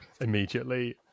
immediately